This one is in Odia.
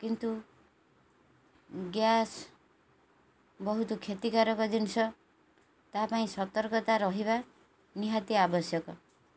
କିନ୍ତୁ ଗ୍ୟାସ୍ ବହୁତ କ୍ଷତିକାରକ ଜିନିଷ ତା ପାଇଁ ସତର୍କତା ରହିବା ନିହାତି ଆବଶ୍ୟକ